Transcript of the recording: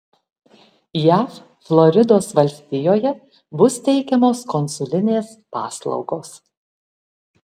jav floridos valstijoje bus teikiamos konsulinės paslaugos